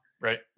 Right